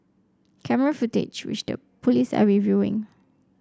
camera footage which the police are reviewing